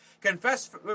Confess